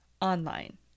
online